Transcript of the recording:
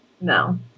No